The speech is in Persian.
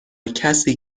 کسی